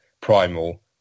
primal